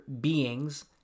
beings